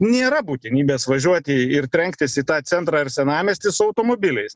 nėra būtinybės važiuoti ir trenktis į tą centrą ir senamiestį su automobiliais